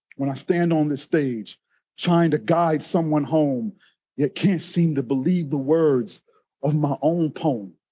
when i stand on this stage trying to guide someone home that can't seem to believe the words of my own poem,